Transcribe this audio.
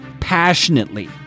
passionately